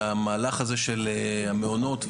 שהמהלך הזה של המעונות והמעבר,